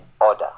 order